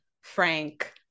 Frank